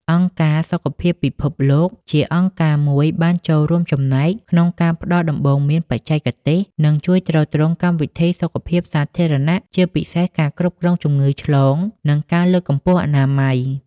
អង្គការសុខភាពពិភពលោក ជាអង្គការមួយបានចូលរួមចំណែកក្នុងការផ្តល់ដំបូន្មានបច្ចេកទេស និងជួយទ្រទ្រង់កម្មវិធីសុខភាពសាធារណៈ ជាពិសេសការគ្រប់គ្រងជំងឺឆ្លង និងការលើកកម្ពស់អនាម័យ។